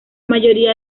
mayoría